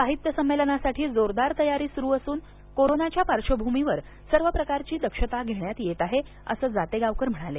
साहित्य संमेलनासाठी जोरदार तयारी सुरू असून कोरोनाच्या पार्श्वभूमीवर सर्व प्रकारची दक्षता घेण्यात येत आहे असं जातेगावकर म्हणाले